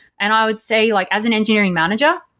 and i would say like as an engineering manager,